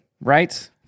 right